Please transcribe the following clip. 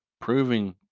proving